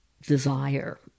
desire